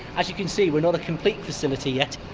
as you can see, we're not a complete facility yet,